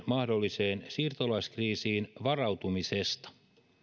mahdolliseen uuteen siirtolaiskriisiin varautumisesta